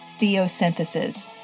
Theosynthesis